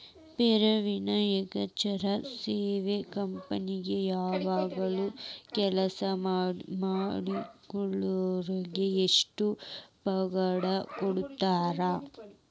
Foreign exchange ಸೇವಾ company ವಳಗ್ ಕೆಲ್ಸಾ ಮಾಡೊರಿಗೆ ಎಷ್ಟ್ ಪಗಾರಾ ಕೊಡ್ತಾರ?